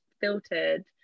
filtered